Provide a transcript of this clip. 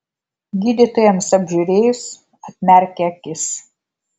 gydytojams apžiūrėjus atmerkė akis